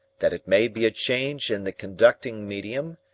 that it may be a change in the conducting medium,